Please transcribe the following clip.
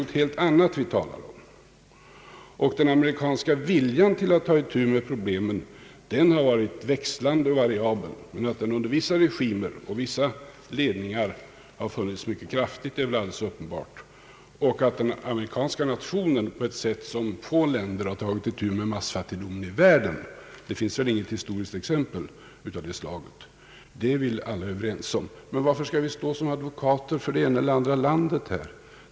Och den amerikanska viljan att ta itu med problemen har varit växlande och variabel, men att den under vissa regimer har funnits mycket kraftigt är väl alldeles uppenbart. Att den amerikanska nationen har tagit itu med massfattigdomen i världen på ett sätt som få länder gjort är väl alla överens om. Det finns inget historiskt exempel på någonting liknande av det slaget. Men varför skall vi stå här som advokater för det ena eller andra landet?